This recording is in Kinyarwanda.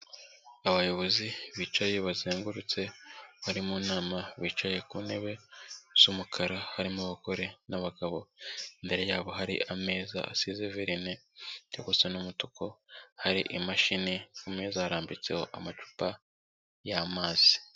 Abayobozi bicaye bazengurutse bari mu nama bicaye ku ntebe z'umukara, harimo abagore n'abagabo imbere yabo hari ameza asize verine ajya gusa n'umutuku hari imashini kumeza harambitseho amacupa y'amazi.